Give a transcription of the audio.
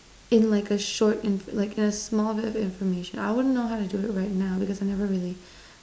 in like a short in like a small bit of information I wouldn't know how to do it right now because I never really